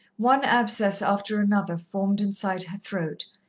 one abscess after another formed inside her throat,